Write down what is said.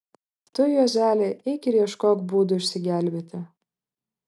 tu juozeli eik ir ieškok būdų išsigelbėti